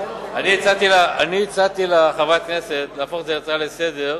אני הצעתי לחברת הכנסת להפוך את זה להצעה לסדר-היום.